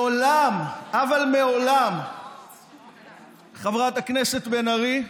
מעולם, חברת הכנסת בן ארי,